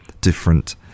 different